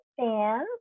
fans